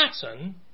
pattern